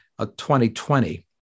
2020